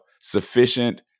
sufficient